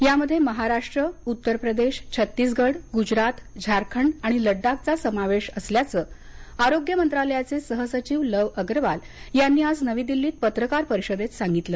यामध्ये महाराष्ट्र उत्तर प्रदेश छत्तीसगड गुजरात झारखंड आणि लड्डाखचा समावेश असल्याचं आरोग्य मंत्रालयाचे सहसचिव लव अगरवाल यांनी आज नवी दिल्लीत पत्रकार परिषदेत सांगितलं